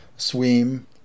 swim